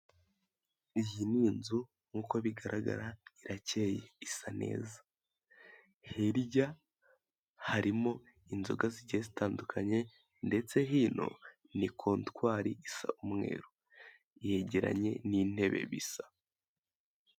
Iyi n'inzu nkuko bigaragara irakeye isa neza, hirya harimo inzoga zigiye zitandukanye ndetse hino ni kontwari isa umweru, yegeranye n'intebe bisa.